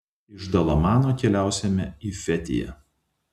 iš dalamano keliausime į fetiją